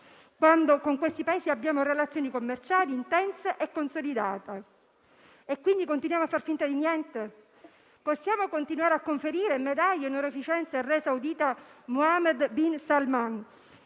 Poiché con questi Paesi abbiamo relazioni commerciali intense e consolidate, continuiamo a far finta di niente? Possiamo continuare a conferire medaglie e onorificenze al re saudita Mohammad bin Salman